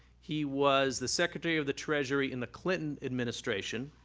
he was the secretary of the treasury in the clinton administration.